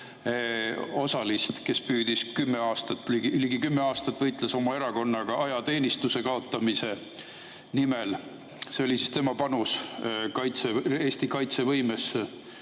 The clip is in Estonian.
osalist, kes püüdis kümme aastat, ligi kümme aastat võitles oma erakonnaga ajateenistuse kaotamise nimel. See oli tema panus Eesti kaitsevõimesse.